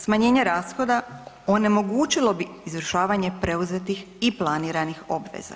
Smanjenje rashoda onemogućilo bi izvršavanje preuzetih i planiranih obveza.“ Hvala.